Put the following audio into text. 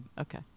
Okay